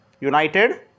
United